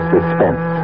Suspense